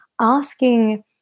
asking